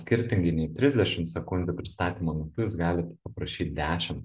skirtingai nei trisdešim sekundžių pristatymo metu jūs galite paprašyt dešim